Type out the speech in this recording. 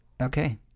Okay